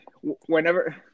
whenever